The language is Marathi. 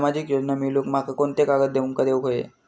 सामाजिक योजना मिलवूक माका कोनते कागद तुमका देऊक व्हये?